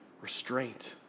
restraint